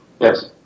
Yes